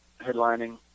headlining